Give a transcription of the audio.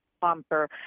bumper